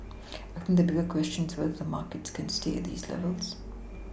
I think the bigger question is whether the markets can stay at these levels